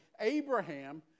Abraham